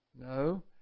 No